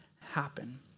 happen